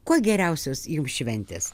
kuo geriausios jum šventės